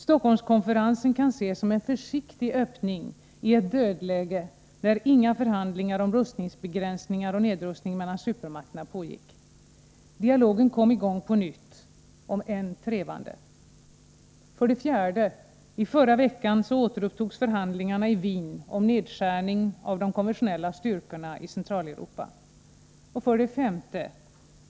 Stockholmskonferensen kan ses som en försiktig öppning i ett dödläge där inga förhandlingar om rustningsbegränsningar och nedrustning mellan supermakterna pågick. Dialogen kom i gång på nytt — om än trevande. 5.